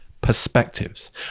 perspectives